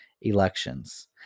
elections